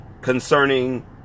concerning